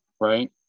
right